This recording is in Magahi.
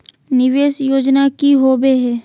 निवेस योजना की होवे है?